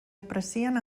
aprecien